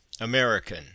American